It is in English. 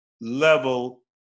level